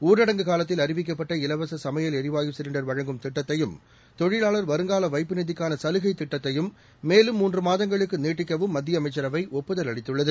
ஊரடங்கு காலத்தில் அறிவிக்கப்பட்ட இலவச சமையல் எரிவாயு சிலிண்டர் வழங்கும் திட்டத்தையும் தொழிலாளர் வருங்கால வைப்பு நிதிக்கான சலுகைத் திட்டத்தையும் மேலும் மூன்று மாதங்களுக்கு நீட்டிக்கவும் மத்திய அமைச்சரவை ஒப்புதல் அளித்துள்ளது